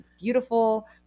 beautiful